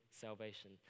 salvation